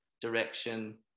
direction